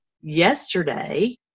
yesterday